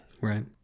Right